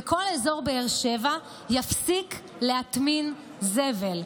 וכל אזור באר שבע יפסיק להטמין זבל.